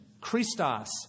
Christos